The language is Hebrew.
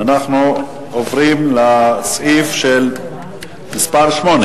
ועוברים לסעיף מס' 8: